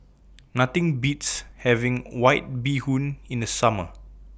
Nothing Beats having White Bee Hoon in The Summer